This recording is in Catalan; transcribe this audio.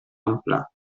ampla